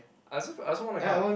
I also I also want to come